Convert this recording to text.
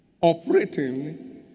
operating